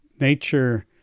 nature